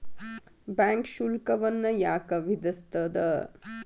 Bank ಶುಲ್ಕವನ್ನ ಯಾಕ್ ವಿಧಿಸ್ಸ್ತದ?